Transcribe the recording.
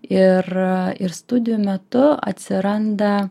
ir ir studijų metu atsiranda